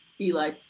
Eli